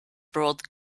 brought